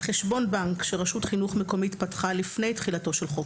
חשבון בנק שרשות חינוך מקומית פתחה לפני תחילתו של חוק